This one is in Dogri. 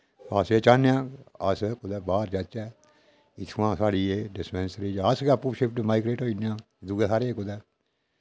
अस एह् चाह्नेआं अस कुतै बाह्र जाचै इत्थोआं साढ़ी एह् डिस्पेंसरी अस गै अप्पू शिफ्ट माइग्रेट होई जन्ने आं दुए थाह्रै कुतै